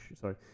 sorry